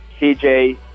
CJ